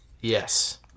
Yes